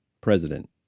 President